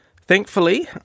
Thankfully